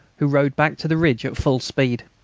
who rode back to the ridge at full speed.